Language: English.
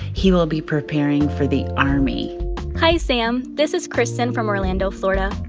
he will be preparing for the army hi, sam. this is kristin from orlando, fla. and